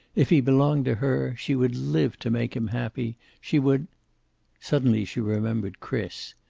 if he belonged to her, she would live to make him happy. she would suddenly she remembered chris.